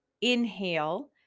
inhale